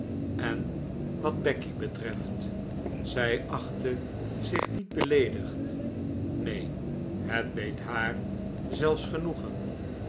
en wat becky betreft zij achtte zich niet beleedigd nee het deed haar zelfs genoegen